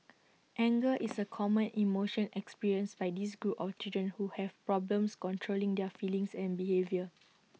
anger is A common emotion experienced by this group of children who have problems controlling their feelings and behaviour